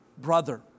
brother